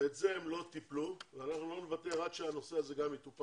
ואת זה הם לא טיפלו ואנחנו לא נוותר עד שהנושא הזה גם יטופל.